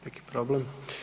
Neki problem?